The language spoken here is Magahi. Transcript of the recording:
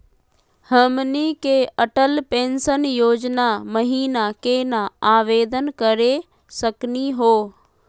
हमनी के अटल पेंसन योजना महिना केना आवेदन करे सकनी हो?